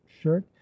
shirt